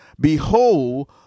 behold